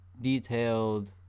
detailed